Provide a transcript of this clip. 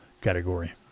category